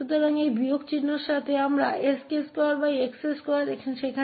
तो हम इस ऋण चिह्न के साथ फिर से sk2x2 हैं